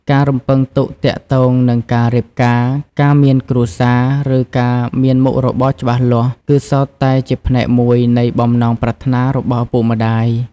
ការរំពឹងទុកទាក់ទងនឹងការរៀបការ ការមានគ្រួសារ ឬការមានមុខរបរច្បាស់លាស់ គឺសុទ្ធតែជាផ្នែកមួយនៃបំណងប្រាថ្នារបស់ឪពុកម្ដាយ។